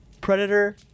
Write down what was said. Predator